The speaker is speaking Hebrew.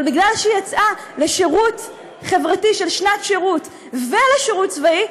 אבל בגלל שהיא יצאה לשירות חברתי של שנת שירות ולשירות צבאי,